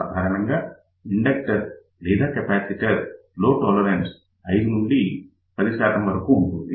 సాధారణంగా ఇన్డక్టర్ లేదా కెపాసిటర్ లో టోలరెస్స్ 5 నుండి 10 వరకు ఉంటుంది